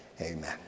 amen